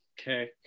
Okay